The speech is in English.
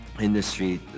industry